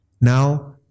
Now